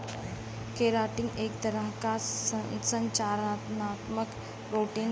keratin एक तरह क संरचनात्मक प्रोटीन होला